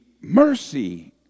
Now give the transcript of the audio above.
mercy